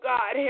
God